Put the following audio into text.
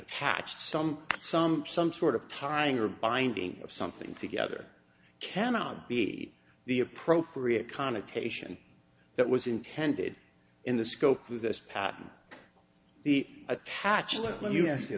attach some some some sort of tying or binding of something together cannot be the appropriate connotation that was intended in the scope of this patent the attached let me ask you